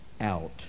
out